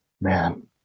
man